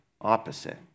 opposite